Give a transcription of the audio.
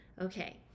okay